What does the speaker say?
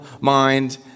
mind